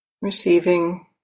Receiving